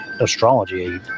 astrology